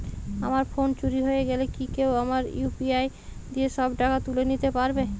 আমার ফোন চুরি হয়ে গেলে কি কেউ আমার ইউ.পি.আই দিয়ে সব টাকা তুলে নিতে পারবে?